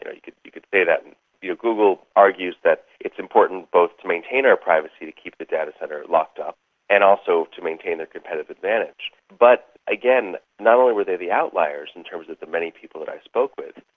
and you could you could say that. and google google argues that it's important both to maintain our privacy to keep the data centre locked up and also to maintain a competitive advantage. but again, not only were they the outliers in terms of the many people that i spoke with,